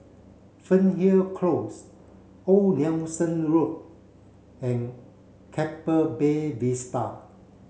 Fernhill Close Old Nelson Road and Keppel Bay Vista